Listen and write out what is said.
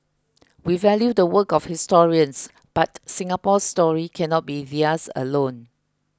we value the work of historians but Singapore's story cannot be theirs alone